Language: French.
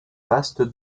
vaste